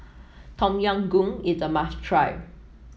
Tom Yam Goong is a must try